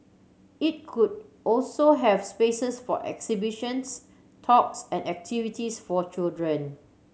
it could also have spaces for exhibitions talks and activities for children